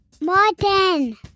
Martin